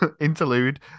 interlude